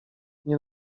nie